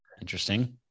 Interesting